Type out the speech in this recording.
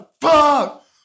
fuck